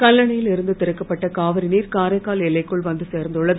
கல்லணையில் இருந்து திறக்கப்பட்ட காவிரி நீர் காரைக்கால் எல்லைக்குள் வந்து சேர்ந்துள்ளது